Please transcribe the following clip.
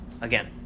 again